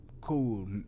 cool